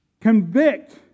convict